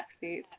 seat